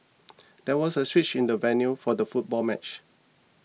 there was a switch in the venue for the football match